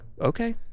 okay